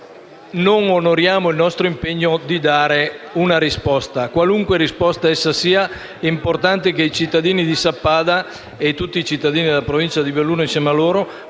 non onoreremo il nostro impegno di dare una risposta. Qualunque essa sia, è importante che i cittadini di Sappada - e tutti i cittadini della provincia di Belluno insieme a loro - possano avere una risposta